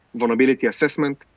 vulnerability assessment,